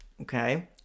okay